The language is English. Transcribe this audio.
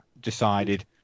decided